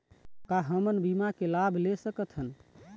का हमन बीमा के लाभ ले सकथन?